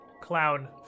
clown